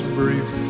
brief